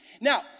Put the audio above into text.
Now